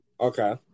okay